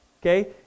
Okay